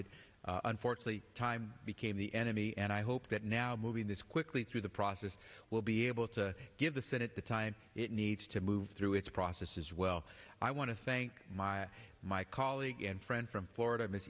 it unfortunately time became the enemy and i hope that now moving this quickly through the process will be able to give the senate the time it needs to move through its process is well i want to thank my my colleague and friend from florida